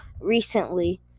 recently